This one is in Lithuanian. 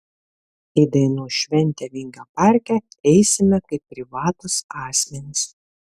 į dainų šventę vingio parke eisime kaip privatūs asmenys